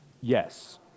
Yes